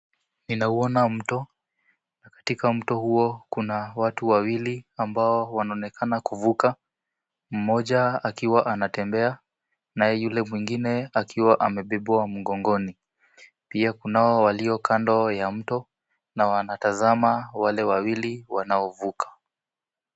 Ninauona mto. Katika mti huo kuna watu wawili ambao wanaonekana kuvuka, mmoja akiwa anatembea naye yule mwingine akiwa amebebwa mgongoni, pia kunao walio kando ya mto na wanatazama wale wawili wanaovuka.